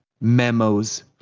memos